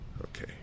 Okay